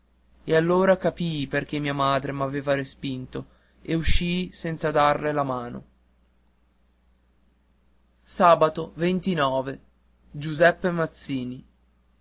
e allora capii perché mia madre m'aveva respinto e uscii senza darle la mano giuseppe mazzini